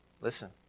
Listen